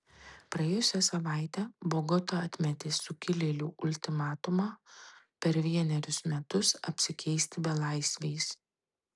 praėjusią savaitę bogota atmetė sukilėlių ultimatumą per vienerius metus apsikeisti belaisviais